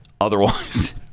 Otherwise